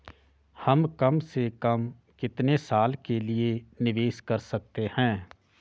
हम कम से कम कितने साल के लिए निवेश कर सकते हैं?